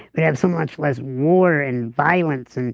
they'd have so much less war and violence, and